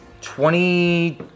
Twenty